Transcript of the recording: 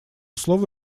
слово